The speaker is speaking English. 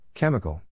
Chemical